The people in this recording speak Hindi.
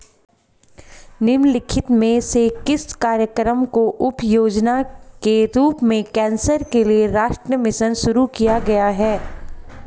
निम्नलिखित में से किस कार्यक्रम को उपयोजना के रूप में कैंसर के लिए राष्ट्रीय मिशन शुरू किया गया है?